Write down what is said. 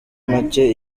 macye